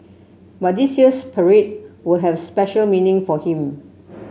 but this year's parade will have special meaning for him